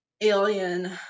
alien